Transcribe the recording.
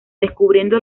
descubriendo